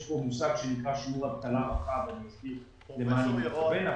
יש כאן מושג שנקרא שיעור אבטלה רחב ואני אסביר למה אני מתכוון.